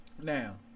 now